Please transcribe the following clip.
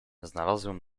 znalazłem